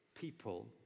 people